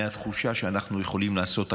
מהתחושה שאנחנו יכולים לעשות הכול,